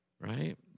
Right